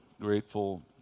grateful